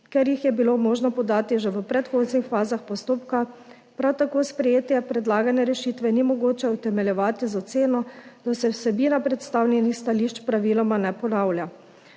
ker jih je bilo možno podati že v predhodnih fazah postopka, prav tako sprejetja predlagane rešitve ni mogoče utemeljevati z oceno, da se vsebina predstavljenih stališč praviloma ne ponavlja.